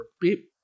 beep